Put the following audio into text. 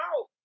out